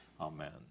Amen